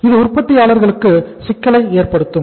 இது உற்பத்தியாளர்களும் சிக்கலை ஏற்படுத்தும்